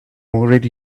already